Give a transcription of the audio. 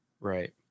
right